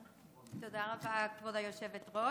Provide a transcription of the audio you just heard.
תודה רבה, כבוד היושבת-ראש.